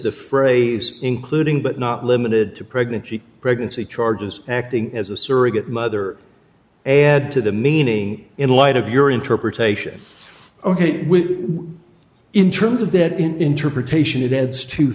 the phrase including but not limited to pregnant pregnancy charges acting as a surrogate mother and to the meaning in light of your interpretation ok with in terms of that interpretation it adds to